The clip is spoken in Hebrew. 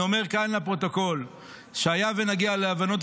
אני אומר כאן לפרוטוקול שהיה ונגיע להבנות,